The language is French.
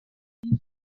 vous